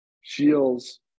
Shields